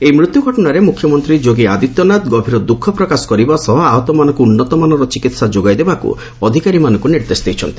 ଏହି ମୃତ୍ୟୁ ଘଟଣାରେ ମୁଖ୍ୟମନ୍ତ୍ରୀ ଯୋଗୀ ଆଦିତ୍ୟନାଥ ଗଭୀର ଦ୍ରୁଖ ପ୍ରକାଶ କରିବା ସହ ଆହତମାନଙ୍କୁ ଉନ୍ତମାନର ଚିକିତ୍ସା ଯୋଗାଇ ଦେବାକୁ ଅଧିକାରୀମାନଙ୍କୁ ନିର୍ଦ୍ଦେଶ ଦେଇଛନ୍ତି